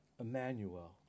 Emmanuel